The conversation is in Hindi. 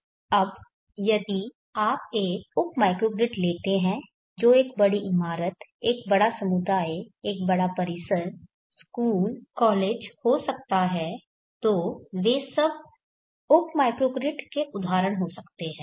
अब यदि आप एक उप माइक्रोग्रिड लेते हैं जो एक बड़ी इमारत एक बड़ा समुदाय एक बड़ा परिसर स्कूल कॉलेज हो सकता है तो वे सब उप माइक्रोग्रिड के उदाहरण हो सकते हैं